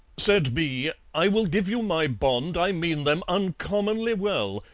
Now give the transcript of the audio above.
said b, i will give you my bond i mean them uncommonly well,